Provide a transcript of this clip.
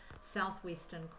southwestern